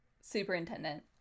superintendent